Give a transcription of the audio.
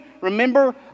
Remember